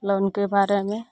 लोनके बारेमे